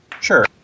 Sure